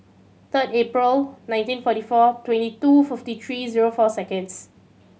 third April nineteen forty four twenty two fifty three zero four seconds